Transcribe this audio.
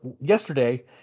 yesterday